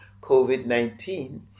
COVID-19